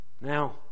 Now